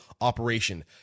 operation